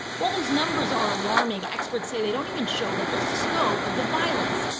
while those numbers are alarming, experts say they don't even show the full scope of the violence.